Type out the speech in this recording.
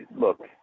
look